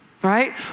right